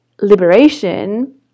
liberation